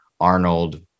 arnold